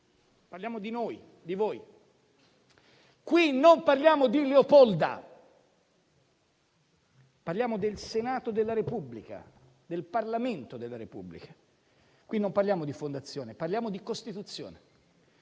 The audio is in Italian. parliamo di noi, di voi. Qui non parliamo di Leopolda; parliamo del Senato della Repubblica, del Parlamento della Repubblica. Qui non parliamo di fondazione, parliamo di Costituzione.